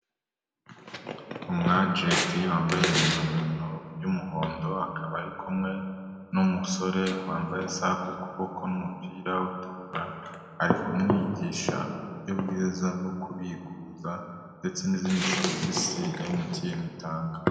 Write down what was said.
Umu ajenti wambaye impuzankano y'umuhondo akaba ari kumwe n'umusore wambaye isaha ku kuboko n'umupira utukura, ari kumwigisha uburyo bwiza bwo kubikuza ndetse n'izindi serivisi MTN itanga.